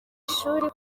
ishuri